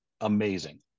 amazing